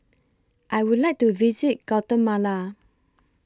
I Would like to visit Guatemala